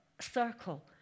circle